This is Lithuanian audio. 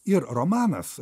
ir romanas